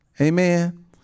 Amen